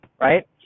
Right